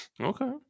okay